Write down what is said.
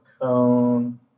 cone